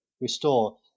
restore